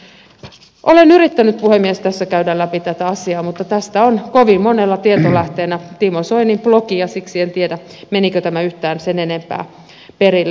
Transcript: olen yrittänyt puhemies tässä käydä läpi tätä asiaa mutta tästä on kovin monella tietolähteenä timo soinin blogi ja siksi en tiedä menikö tämä yhtään sen enempää perille